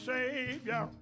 Savior